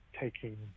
taking